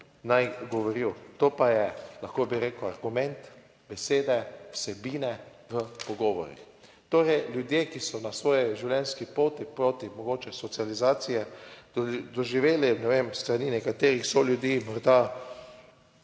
naj govoril. To pa je, lahko bi rekel, argument, besede, vsebine v pogovorih. Torej ljudje, ki so na svoji življenjski poti, poti mogoče socializacije doživeli, ne vem, s strani nekaterih soljudi morda